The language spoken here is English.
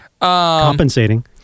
Compensating